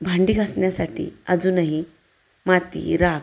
भांडी घासण्यासाठी अजूनही माती राख